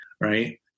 right